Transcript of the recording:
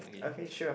okay sure